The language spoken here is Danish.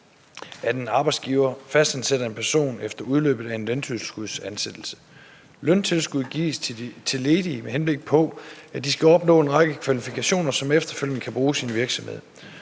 at en arbejdsgiver fastansætter en person efter udløbet af en løntilskudsansættelse. Løntilskuddet gives til ledige, med henblik på at de skal opnå en række kvalifikationer, som efterfølgende kan bruges i en virksomhed.